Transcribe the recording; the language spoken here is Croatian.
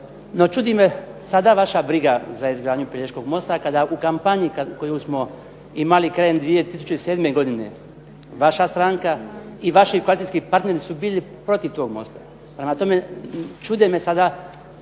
čudi me sada vaša briga za izgradnju Pelješkog mosta kada u kampanji koju smo imali krajem 2007. godine vaša stranka i vaši partijski partneri su bili protiv tog mosta. Prema tome, čude me sada